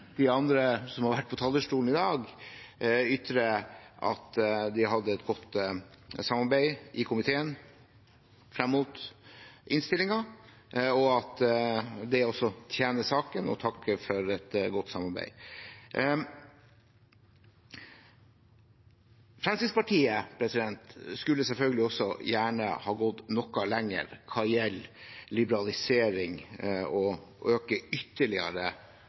de andre som har vært på talerstolen i dag, gi uttrykk for at vi har hatt et godt samarbeid i komiteen fram mot innstillingen, og at det også tjener saken, og vil også takke for et godt samarbeid. Fremskrittspartiet skulle selvfølgelig gjerne ha gått noe lenger hva gjelder liberalisering og det å øke konkurransen ytterligere